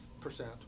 percent